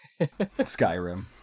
Skyrim